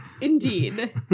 Indeed